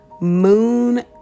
Moon